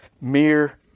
mere